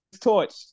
torch